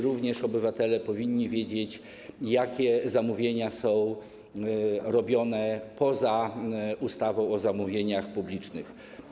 Również obywatele powinni wiedzieć, jakie zamówienia są robione poza ustawą o zamówieniach publicznych.